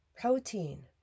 protein